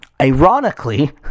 Ironically